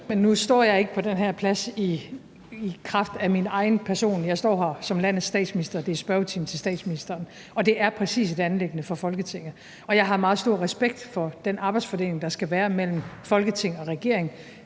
Men nu står jeg ikke på den her plads i kraft af min egen person. Jeg står her som landets statsminister i en spørgetime med statsministeren. Det er præcis et anliggende for Folketinget, og jeg har meget stor respekt for den arbejdsfordeling, der skal være, mellem Folketing og regering,